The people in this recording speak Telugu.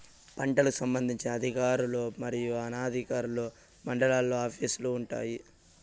పంటలకు సంబంధించిన అధికారులు మరియు అనధికారులు మండలాల్లో ఆఫీస్ లు వుంటాయి?